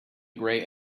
grey